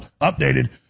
updated